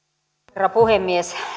herra puhemies